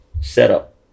setup